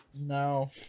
No